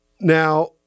now